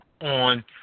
on